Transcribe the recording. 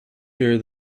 here